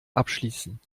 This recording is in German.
abschließen